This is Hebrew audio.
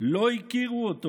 לא הכירו אותו